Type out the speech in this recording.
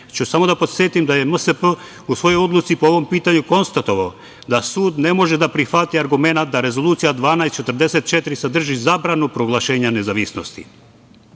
ću samo da podsetim da je MSP u svojoj odluci po ovom pitanju konstatovao da sud ne može da prihvati argumenat da Rezolucija 1244 sadrži zabranu proglašenja nezavisnosti.